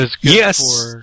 Yes